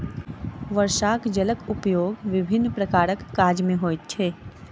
वर्षाक जलक उपयोग विभिन्न प्रकारक काज मे होइत छै